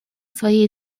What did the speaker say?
своей